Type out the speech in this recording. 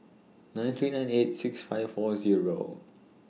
nine three nine eight six five four Zero